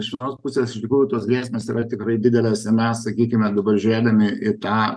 iš vienos pusės iš tikrųjų tos grėsmės yra tikrai didelės ir mes sakykime dabar žiūrėdami į tą